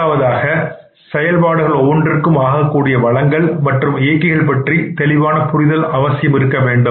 முதலாவதாக செயல்பாடுகள் ஒவ்வொன்றுக்கும் ஆகக்கூடிய வளங்கள் மற்றும் இயக்கிகள் பற்றி தெளிவான புரிதல் அவசியம் இருக்க வேண்டும்